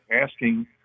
asking